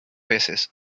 veces